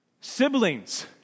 Siblings